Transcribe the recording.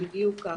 בדיוק כך.